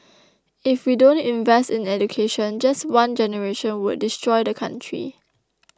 if we don't invest in education just one generation would destroy the country